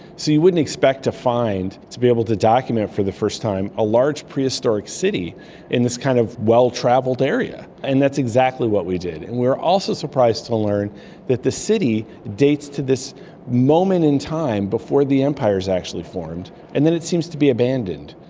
so you wouldn't expect to find, to be able to document for the first time a large prehistoric city in this kind of well-travelled area. and that's exactly what we did. and we were also surprised to learn that the city dates to this moment in time before the empire is actually formed, and then it seems to be abandoned.